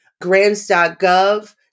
grants.gov